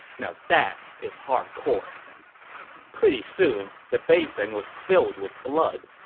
now that is hardcore pretty soon, the basin was filled with blood.